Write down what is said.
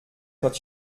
quand